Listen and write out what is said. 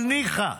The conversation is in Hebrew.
אבל ניחא,